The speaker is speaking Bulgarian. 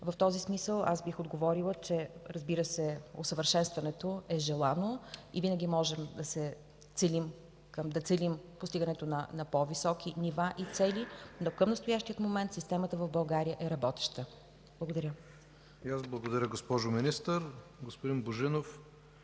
В този смисъл аз бих отговорила, че, разбира се, усъвършенстването е желано и винаги можем да целим постигането на по-високи нива и цели, но към настоящия момент системата в България е работеща. Благодаря.